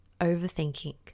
overthinking